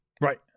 right